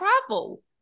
travel